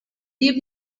deep